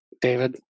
David